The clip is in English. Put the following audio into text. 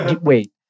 Wait